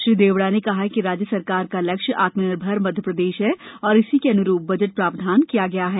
श्री देवड़ा ने कहा कि राज्य सरकार का लक्ष्य आत्मनिर्भर मध्यप्रदेश है और इसी के अनुरूप बजट प्रावधान किए गए हैं